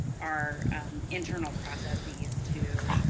our internal processes to